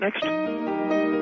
next